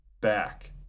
back